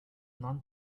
non